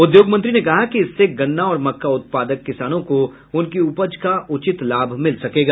उद्योग मंत्री ने कहा कि इससे गन्ना और मक्का उत्पादक किसानों को उनकी उपज का उचित लाभ मिल सकेगा